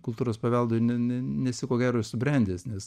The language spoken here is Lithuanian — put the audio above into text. kultūros paveldui ne ne nesi ko gero subrendęs nes